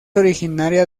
originaria